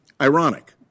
Ironic